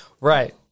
Right